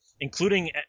including